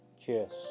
Cheers